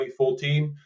2014